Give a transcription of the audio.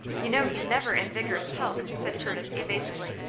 you know he's never in vigorous health, said curtis, evasively.